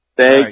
Thank